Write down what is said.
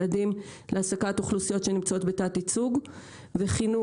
יעדים להעסקת אוכלוסיות שנמצאות בתת ייצוג וחינוך.